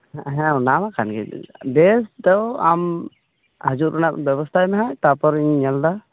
ᱦᱮᱸ ᱦᱮᱸ ᱚᱱᱟ ᱢᱟ ᱠᱟᱱ ᱜᱮ ᱵᱮᱥ ᱛᱚ ᱟᱢ ᱦᱤ ᱡᱩᱜ ᱨᱮᱱᱟᱜ ᱵᱮᱵᱚᱥᱛᱟᱭ ᱢᱮ ᱦᱟᱸᱜ ᱛᱟᱯᱚᱨ ᱤ ᱧ ᱧᱮᱞ ᱫᱟ